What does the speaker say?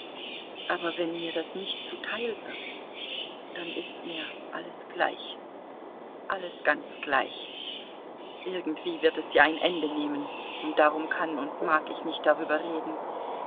aber wenn mir das nicht zuteil wird dann ist mir alles gleich alles ganz gleich irgendwie wird es ja ein ende nehmen und darum kann und mag ich nicht darüber reden